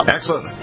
Excellent